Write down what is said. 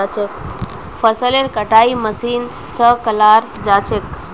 फसलेर कटाई मशीन स कराल जा छेक